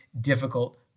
difficult